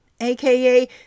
aka